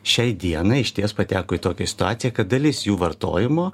šiai dienai išties pateko į tokią situaciją kad dalis jų vartojimo